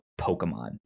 Pokemon